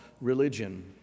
religion